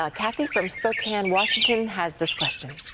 ah kathy from spokane, washington, has this question.